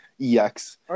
EX